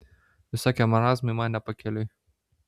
visokie marazmai man ne pakeliui